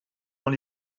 dans